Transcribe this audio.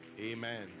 Amen